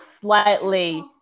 slightly